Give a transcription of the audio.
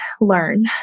learn